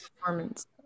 performance